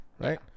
Right